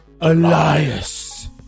Elias